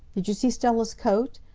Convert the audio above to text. did you see stella's coat?